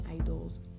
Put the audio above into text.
idols